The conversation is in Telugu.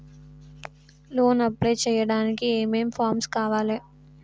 లోన్ అప్లై చేయడానికి ఏం ఏం ఫామ్స్ కావాలే?